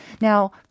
Now